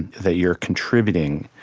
that you're contributing,